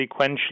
sequentially